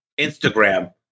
Instagram